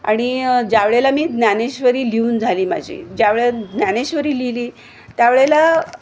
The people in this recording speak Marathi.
आणि ज्यावेळेला मी ज्ञानेश्वरी लिहून झाली माझी ज्यावेळेला ज्ञानेश्वरी लिहिली त्यावेळेला